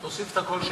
תוסיף את הקול שלו.